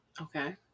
Okay